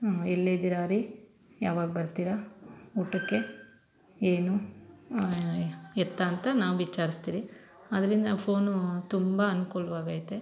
ಎಲ್ಲಿದ್ದೀರಾ ರೀ ಯಾವಾಗ ಬರ್ತಿರಾ ಊಟಕ್ಕೆ ಏನು ಎತ್ತ ಅಂತ ನಾವು ವಿಚಾರ್ಸ್ತೀರಿ ಅದರಿಂದ ಫೋನೂ ತುಂಬ ಅನುಕೂಲ್ವಾಗೈತೆ